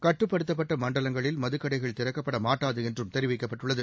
கட்டுப்படுத்தப்பட்ட மண்டலங்களில் மதுக்கடைகள் திறக்கப்பட மாட்டாகு என்றம் தெரிவிக்கப்பட்டுள்ளது